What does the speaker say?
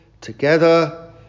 together